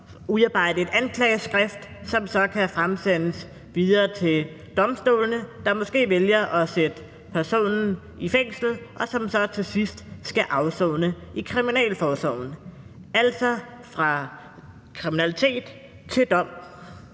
udarbejde et anklageskrift, som så kan fremsendes videre til domstolene, der måske vælger at sætte personerne i fængsel, og til at de så til sidst skal afsone i kriminalforsorgen – altså fra kriminalitet til dom.